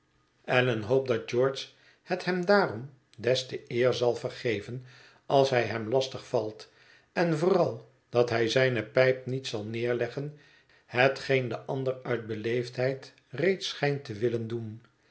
allan hoopt dat george het hem daarom des te eer zal vergeven als hij hem lastig valt en vooral dat hij zijne pijp niet zal neerleggen hetgeen de ander uit beleefdheid reeds schijnt te willen doen